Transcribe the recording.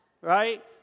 right